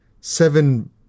seven